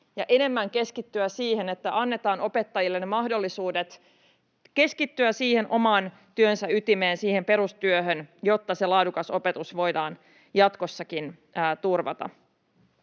enemmän keskityttäisiin siihen, että annetaan opettajille mahdollisuudet keskittyä oman työnsä ytimeen, siihen perustyöhön, jotta se laadukas opetus voidaan jatkossakin turvata.